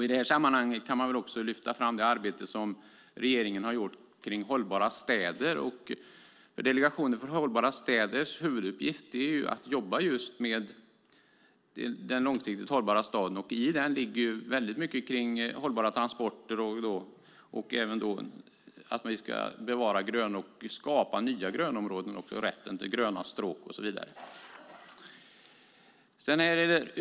I det här sammanhanget kan man också lyfta fram det arbete som regeringen har gjort kring hållbara städer. Huvuduppgiften för Delegationen för hållbara städer är att jobba just med den långsiktigt hållbara staden. I detta ligger väldigt mycket kring hållbara transporter och även att vi ska bevara grönområden och skapa nya grönområden, rätten till gröna stråk och så vidare.